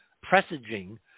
presaging